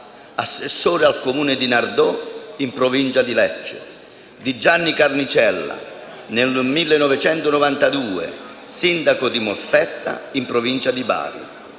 assessore del Comune di Nardò, in provincia di Lecce; di Gianni Carnicella nel 1992, sindaco di Molfetta, in provincia di Bari;